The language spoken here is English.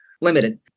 limited